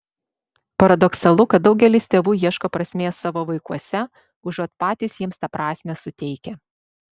paradoksalu kad daugelis tėvų ieško prasmės savo vaikuose užuot patys jiems tą prasmę suteikę